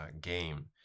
game